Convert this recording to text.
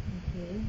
okay